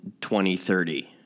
2030